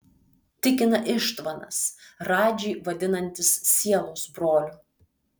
tikina ištvanas radžį vadinantis sielos broliu